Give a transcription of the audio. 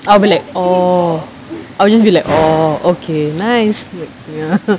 I'll be like oh I'll just be like oh okay nice like ya